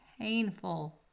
painful